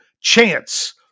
chance